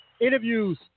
interviews